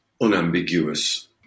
unambiguous